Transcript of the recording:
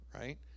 right